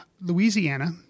Louisiana